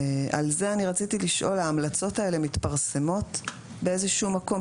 על זה רציתי לשאול: ההמלצות האלה מתפרסמות באיזה שהוא מקום?